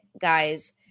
guys